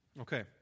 Okay